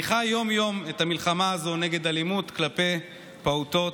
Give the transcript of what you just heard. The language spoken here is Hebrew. אני חי יום-יום את המלחמה הזו נגד אלימות כלפי פעוטות,